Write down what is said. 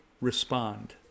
respond